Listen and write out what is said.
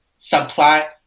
subplot